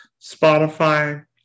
Spotify